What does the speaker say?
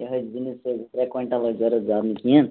یِہوٚے زِنِس ٲسۍ زٕ ترٛےٚ کویِنٹَل اَسہِ ضوٚرَتھ زیادٕ نہٕ کِہیٖنۍ